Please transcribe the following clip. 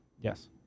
Yes